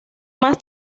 más